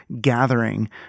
gathering